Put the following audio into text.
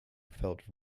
felt